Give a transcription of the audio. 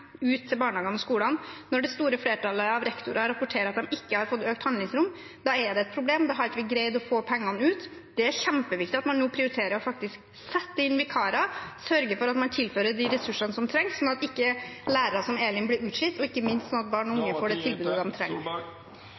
ut til barnehagene og skolene. Når det store flertallet av rektorer forteller at de ikke har fått økt handlingsrom, er det et problem. Da har vi ikke greid å få pengene ut. Det er kjempeviktig at man nå prioriterer å faktisk sette inn vikarer, sørger for å tilføre de ressursene som trengs, slik at ikke lærere som Elin blir utslitt – og ikke minst slik at barn og unge får de tilbudene de trenger.